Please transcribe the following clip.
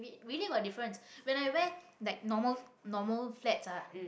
really got difference when I wear like normal normal flats ah